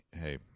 hey